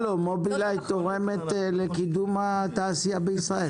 מובילאיי תורמת לקידום התעשייה בישראל.